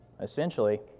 Essentially